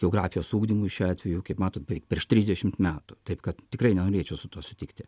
geografijos ugdymui šiuo atveju kaip matot beveik prieš trisdešim metų taip kad tikrai norėčiau su tuo sutikti